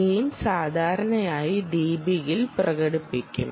gain സാധാരണയായി dBയിൽ പ്രകടിപ്പിക്കും